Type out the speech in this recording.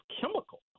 chemical